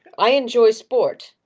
i enjoy sport.